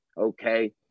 okay